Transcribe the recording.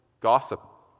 gossip